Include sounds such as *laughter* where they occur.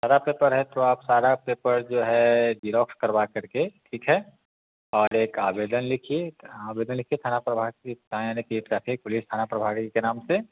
सारा पेपर है तो आप सारा पेपर जो है जिरॉक्स करवा कर के ठीक है और एक आवेदन लिखिए आवेदन लिखके थाना प्रभारी *unintelligible* थाना प्रभारी के नाम से